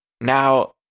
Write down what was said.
now